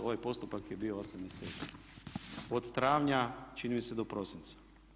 Ovaj postupak je bio 8 mjeseci, od travnja čini mi se do prosinca.